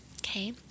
okay